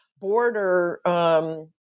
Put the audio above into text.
border